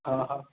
हा हा